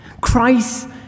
Christ